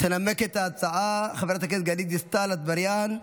תנמק את ההצעה חברת הכנסת גלית דיסטל אטבריאן.